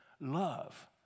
Love